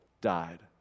died